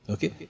Okay